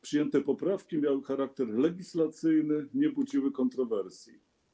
Przyjęte poprawki miały charakter legislacyjny, nie budziły kontrowersji.